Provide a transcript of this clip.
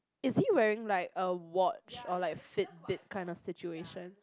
is he wearing like a watch or like fit bit kind of situation